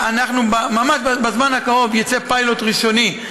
ממש בזמן הקרוב יצא פיילוט ראשוני.